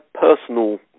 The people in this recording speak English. personal